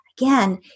again